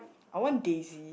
I want daisy